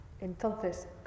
Entonces